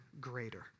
greater